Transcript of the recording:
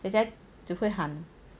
姐姐只会喊